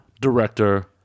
director